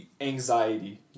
anxiety